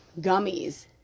gummies